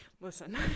Listen